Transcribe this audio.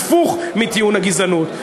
זה הפוך מטיעון הגזענות.